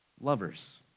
lovers